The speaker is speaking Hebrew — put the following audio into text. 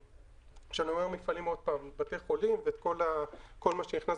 כשאני אומר מפעלים שוב, זה בתי חולים וכל מה שנכנס